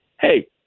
Hey